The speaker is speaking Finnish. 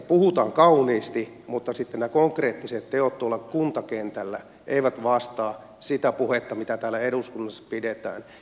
puhutaan kauniisti mutta sitten nämä konkreettiset teot tuolla kuntakentällä eivät vastaa sitä puhetta mitä täällä eduskunnassa pidetään